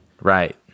Right